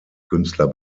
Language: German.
künstler